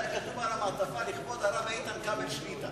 היה כתוב על המעטפה: לכבוד הרב איתן כבל שליט"א.